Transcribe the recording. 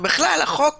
ובכלל החוק